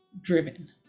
driven